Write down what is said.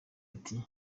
ati